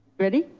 ready?